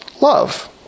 love